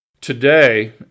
Today